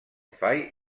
fai